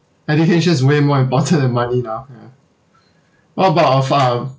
education is way more important than money now ya what about